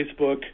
Facebook